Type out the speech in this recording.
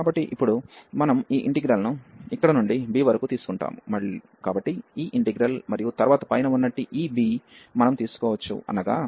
కాబట్టి ఇప్పుడు మనం ఈ ఇంటిగ్రల్ ను ఇక్కడ నుండి b వరకు తీసుకుంటాము కాబట్టి ఈ ఇంటిగ్రల్ మరియు తరువాత పైన ఉన్నట్టి ఈ b మనం తీసుకోవచ్చు అనగా sin x x dx